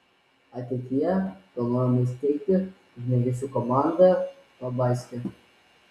ateityje planuojama įsteigti ugniagesių komandą pabaiske